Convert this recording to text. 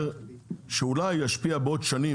שאולי ישפיע בעוד שנים,